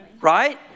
Right